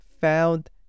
found